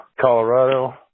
Colorado